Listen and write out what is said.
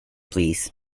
please